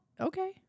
okay